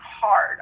hard